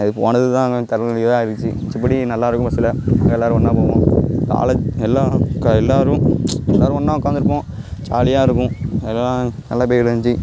அது போனது தான் கொஞ்சம் தலை வலியாக இருந்துச்சி மித்தபடி நல்லா இருக்கும் பஸ்ஸில் எல்லாேரும் ஒன்றா போவோம் காலேஜ் எல்லா க எல்லாேரும் எல்லாேரும் ஒன்றா உக்காந்துருப்போம் ஜாலியாக இருக்கும் அதுதான் நல்லா போய்க்கிட்டு இருந்துச்சி